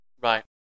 right